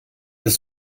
das